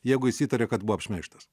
jeigu jis įtaria kad buvo apšmeižtas